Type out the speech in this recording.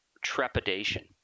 trepidation